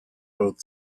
both